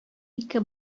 ике